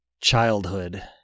childhood